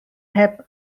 heb